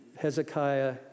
Hezekiah